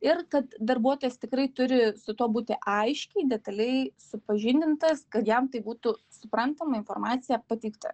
ir kad darbuotojas tikrai turi su tuo būti aiškiai detaliai supažindintas kad jam tai būtų suprantama informacija pateikta